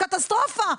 קטסטרופה.